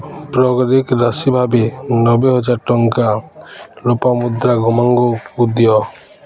brokerage ରାଶି ଭାବେ ନବେ ହଜାର ଟଙ୍କା ଲୋପାମୁଦ୍ରା ଗମାଙ୍ଗଙ୍କୁ ଦିଅ